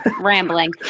rambling